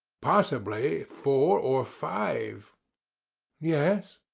possibly four or five yes.